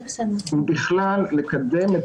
ובכלל, לקדם את